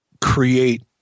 create